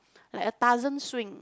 like a Tarzan swing